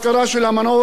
ראש הממשלה,